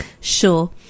Sure